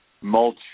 mulch